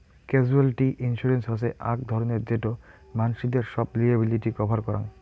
casualty insurance হসে আক ধরণের যেটো মানসিদের সব লিয়াবিলিটি কভার করাং